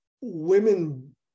women